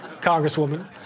Congresswoman